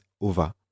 over